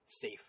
safe